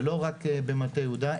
זה לא רק במטה יהודה.